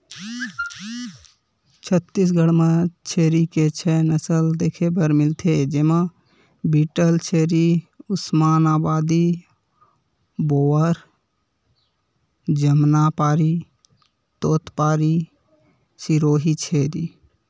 छत्तीसगढ़ म छेरी के छै नसल देखे बर मिलथे, जेमा बीटलछेरी, उस्मानाबादी, बोअर, जमनापारी, तोतपारी, सिरोही छेरी